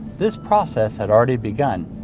this process had already begun,